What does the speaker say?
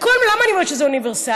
למה אני אומרת שזה היה אוניברסלי?